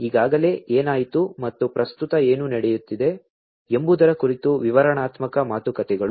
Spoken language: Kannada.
ಈಗಾಗಲೇ ಏನಾಯಿತು ಮತ್ತು ಪ್ರಸ್ತುತ ಏನು ನಡೆಯುತ್ತಿದೆ ಎಂಬುದರ ಕುರಿತು ವಿವರಣಾತ್ಮಕ ಮಾತುಕತೆಗಳು